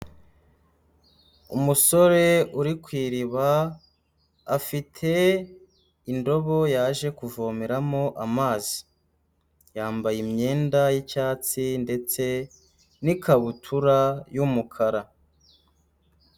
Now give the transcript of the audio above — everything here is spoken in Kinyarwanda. Umusore uri ku iriba, afite indobo yaje kuvomeramo amazi, yambaye imyenda y'icyatsi ndetse n'ikabutura y'umukara.